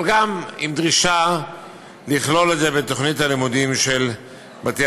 אבל גם כן עם דרישה לכלול את זה בתוכנית הלימודים של בתי-הספר.